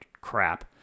crap